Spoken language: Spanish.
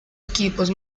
equipos